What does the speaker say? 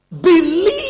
Believe